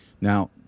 Now